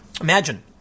Imagine